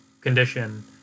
condition